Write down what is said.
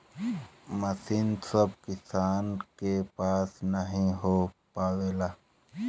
मसीन सभ किसान के पास नही हो पावेला